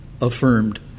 affirmed